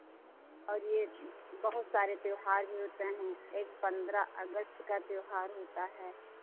और ये बहुत सारे त्योहार भी होते हैं एक पन्द्रह अगस्त का त्योहार होता है